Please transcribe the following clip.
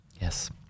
yes